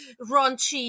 raunchy